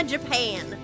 Japan